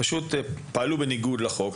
פעלו בניגוד לחוק.